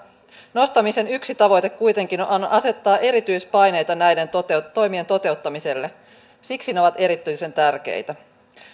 nostamisen yksi tavoite kuitenkin on asettaa erityispaineita näiden toimien toteuttamiselle siksi ne ovat erityisen tärkeitä